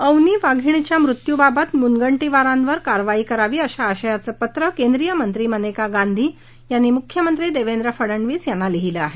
अवनी वाघीणीच्या मृत्यूबाबत मुनगंटीवारांवर कारवाई करावी अशा आशयाचे पत्र केंद्रीय मंत्री मनेका गांधी यांनी मुख्यमंत्री देवेंद्र फडनवीस यांना लिहिले आहे